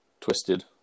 twisted